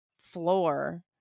floor